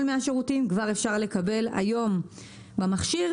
מהשירותים אפשר כבר לקבל היום במכשיר